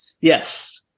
Yes